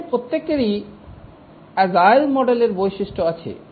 এদের প্রত্যেকেরই আজেইল মডেলের বৈশিষ্ট্য আছে